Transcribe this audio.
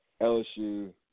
LSU